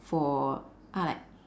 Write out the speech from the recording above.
for uh like